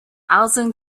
alison